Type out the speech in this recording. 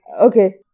Okay